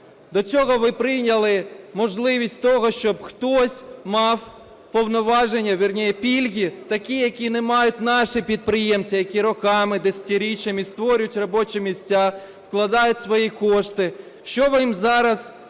До цього вами прийняли можливість того, щоб хтось мав повноваження, вернее, пільги такі, які не мають наші підприємці, які роками, десятиріччями створюють робочі місця, вкладають свої кошти. Що ви їм зараз дозволяєте?